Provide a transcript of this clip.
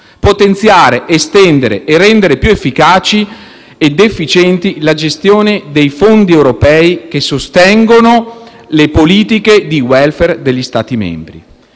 potenziare, estendere e rendere più efficace ed efficiente la gestione dei fondi europei che sostengono le politiche di *welfare* degli Stati membri.